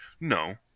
No